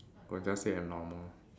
I'll just say abnormal